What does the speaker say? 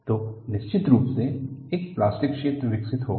तो निश्चित रूप से एक प्लास्टिक क्षेत्र विकसित होगा